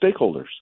stakeholders